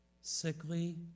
sickly